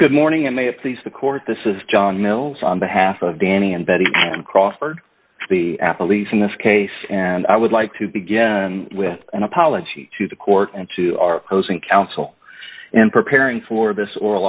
good morning in may appease the court this is john mills on behalf of danny and betty crawford the athletes in this case and i would like to begin with an apology to the court and to our closing counsel and preparing for this oral